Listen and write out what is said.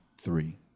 Three